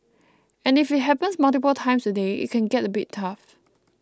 and if it happens multiple times a day it can get a bit tough